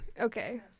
okay